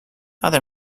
other